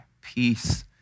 peace